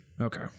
Okay